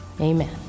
Amen